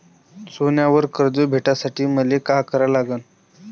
सोन्यावर कर्ज भेटासाठी मले का करा लागन?